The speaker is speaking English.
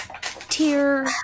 tier